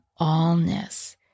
allness